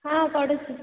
ହଁ ପଢ଼ୁଛି